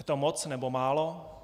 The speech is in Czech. Je to moc, nebo málo?